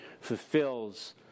fulfills